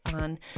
on